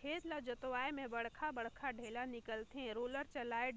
खेत ल जोतवाए में बड़खा बड़खा ढ़ेला निकलथे, रोलर चलाए